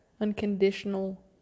unconditional